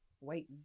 waiting